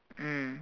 mm